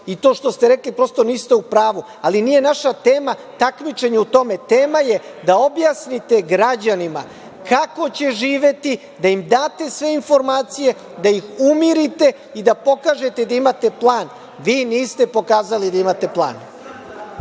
I to što ste rekli, prosto niste u pravu. Ali, nije naša tema takmičenje u tome. Tema je da objasnite građanima kako će živeti, da im date sve informacije, da ih umirite i da im pokažete da imate plan. Vi niste pokazali da imate plan.